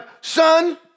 son